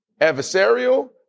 adversarial